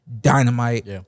dynamite